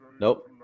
Nope